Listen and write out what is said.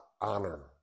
honor